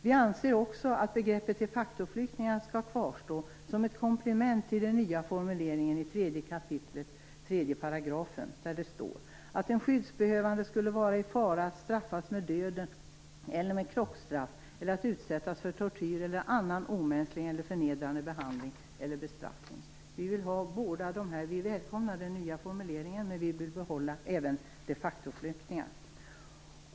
Vi anser också att begreppet de facto-flyktingar skall kvarstå som ett komplement till den nya formuleringen i 3 kap. 3 § där det står om att en "skyddsbehövande skulle vara i fara att straffas med döden eller med kroppsstraff eller att utsättas för tortyr eller annan omänsklig eller förnedrande behandling eller bestraffning." Vi välkomnar den nya formuleringen, men vi vill även behålla de factoflyktingarna.